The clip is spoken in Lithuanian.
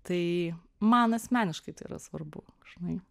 tai man asmeniškai tai yra svarbu žinai